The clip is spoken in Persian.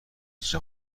چیزا